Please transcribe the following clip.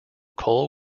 coal